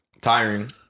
tiring